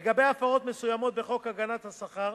לגבי הפרות מסוימות בחוק הגנת השכר,